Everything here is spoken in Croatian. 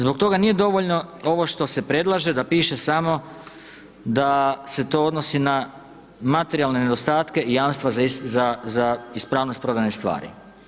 Zbog toga nije dovoljno ovo što se predlaže da piše samo da se to odnosi na materijalne nedostatke i jamstva za, za ispravnost prodanih stvari.